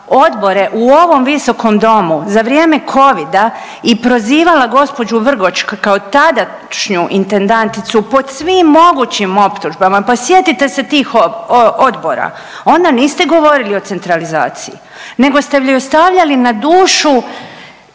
odbore u ovom Visokom domu za vrijeme covida i prozivala gospođu Vrgoč kao tadašnju intendanticu pod svim mogućim optužbama. Pa sjetite se tih odbora, onda niste govorili o centralizaciji nego ste joj stavljali na dušu